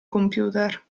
computer